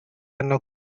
hanno